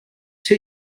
two